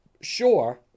sure